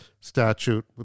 statute